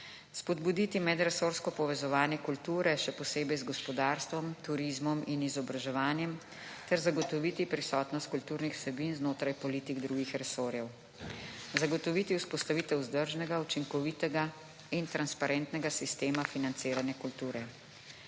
Spodbuditi medresorsko povezovanje kulture, še posebej z gospodarstvom, turizmom in izobraževanjem ter zagotoviti prisotnost kulturnih vsebin znotraj politik drugih resorjev. Zagotoviti vzpostavitev vzdržnega, učinkovitega in transparentnega sistema financiranja kulture.